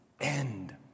end